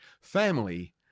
family